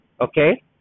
okay